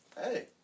hey